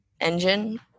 engine